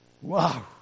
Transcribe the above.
Wow